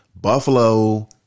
Buffalo